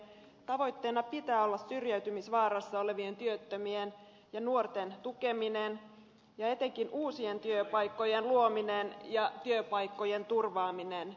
tavoitteena pitää olla syrjäytymisvaarassa olevien työttömien ja nuorten tukeminen ja etenkin uusien työpaikkojen luominen ja työpaikkojen turvaaminen